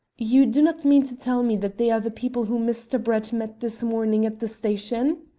you do not mean to tell me that they are the people whom mr. brett met this morning at the station?